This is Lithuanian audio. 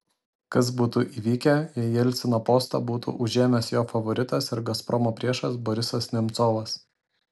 kas būtų įvykę jei jelcino postą būtų užėmęs jo favoritas ir gazpromo priešas borisas nemcovas